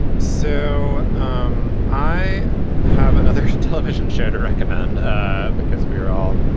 so um i have another television show to recommend ah because we are all,